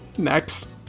Next